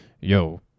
yo